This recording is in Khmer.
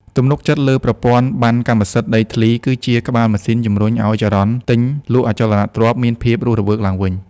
ទំនុកចិត្តលើប្រព័ន្ធប័ណ្ណកម្មសិទ្ធិដីធ្លី គឺជាក្បាលម៉ាស៊ីនជំរុញឱ្យចរន្តទិញលក់អចលនទ្រព្យមានភាពរស់រវើកឡើងវិញ។